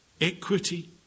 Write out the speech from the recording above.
equity